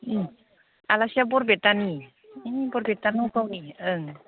उम आलासिया बरपेटानि उम बरपेटा नगावनि ओं